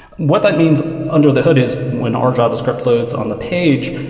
what that means under the hood is when our javascript loads on the page,